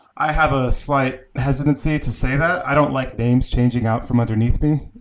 i have a slight hesitancy to say that. i don't like names changing out from underneath me.